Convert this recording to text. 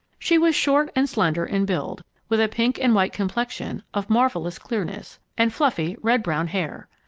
she was short and slender in build, with a pink-and-white complexion, of marvelous clearness, and fluffy, red-brown hair.